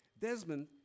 Desmond